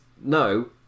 no